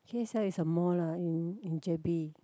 K_S_L is a mall lah in in J_B